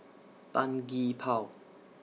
Tan Gee Paw